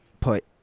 put